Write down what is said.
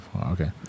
Okay